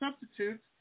Substitutes